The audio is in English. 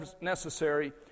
necessary